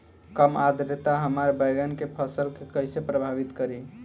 कम आद्रता हमार बैगन के फसल के कइसे प्रभावित करी?